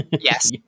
Yes